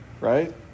right